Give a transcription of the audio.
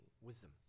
wisdom